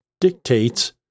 dictates